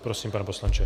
Prosím, pane poslanče.